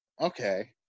Okay